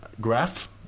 graph